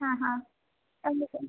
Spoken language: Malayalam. ആഹാ